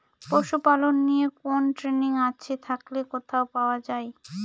পশুপালন নিয়ে কোন ট্রেনিং আছে থাকলে কোথায় পাওয়া য়ায়?